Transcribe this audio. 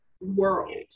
world